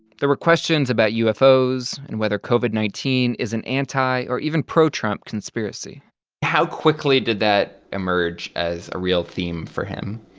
there were questions about ufos and whether covid nineteen is an anti or even pro-trump conspiracy how quickly did that emerge as a real theme for him?